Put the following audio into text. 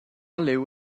liw